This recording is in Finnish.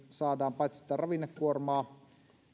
saadaan paitsi sitä ravinnekuormaa